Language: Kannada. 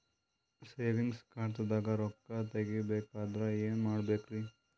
ಸೇವಿಂಗ್ಸ್ ಖಾತಾದಾಗ ರೊಕ್ಕ ತೇಗಿ ಬೇಕಾದರ ಏನ ಮಾಡಬೇಕರಿ?